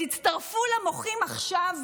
תצטרפו למוחים עכשיו,